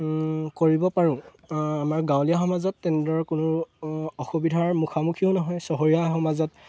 কৰিব পাৰোঁ আমাৰ গাঁৱলীয়া সমাজত তেনেদৰে কোনো অসুবিধাৰ মুখামুখিও নহয় চহৰীয়া সমাজত